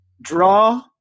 draw